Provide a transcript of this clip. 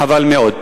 חבל מאוד.